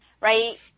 right